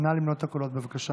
נא למנות את הקולות, בבקשה.